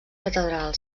catedral